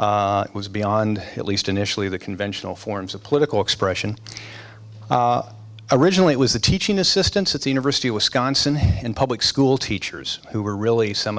it was beyond at least initially the conventional forms of political expression originally it was a teaching assistant at the university of wisconsin in public school teachers who were really some